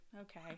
okay